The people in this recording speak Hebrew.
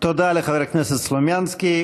תודה לחבר הכנסת סלומינסקי.